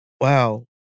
Wow